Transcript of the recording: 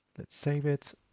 let's save it,